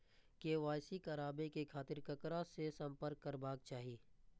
KYC कराबे के खातिर ककरा से संपर्क करबाक चाही?